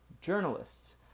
journalists